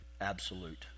absolute